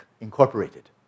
incorporated